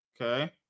Okay